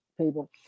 people